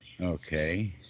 Okay